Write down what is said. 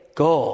go